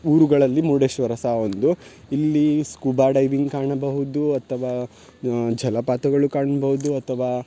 ಊರುಗಳಲ್ಲಿ ಮುರುಡೇಶ್ವರ ಸಾ ಒಂದು ಇಲ್ಲಿ ಸ್ಕುಬಾ ಡೈವಿಂಗ್ ಕಾಣಬಹುದು ಅಥವಾ ಜಲಪಾತಗಳು ಕಾಣ್ಬೌದು ಅಥವಾ